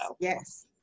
Yes